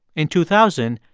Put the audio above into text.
in two thousand,